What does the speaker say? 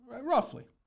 Roughly